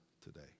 today